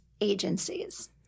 agencies